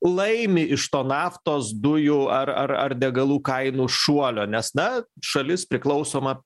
laimi iš to naftos dujų ar ar ar degalų kainų šuolio nes na šalis priklausoma